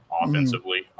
offensively